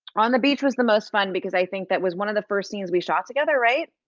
on the beach was the most fun because i think that was one of the first scenes we shoot together, right?